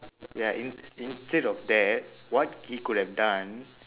ya ins~ instead of that what he could have done